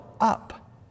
up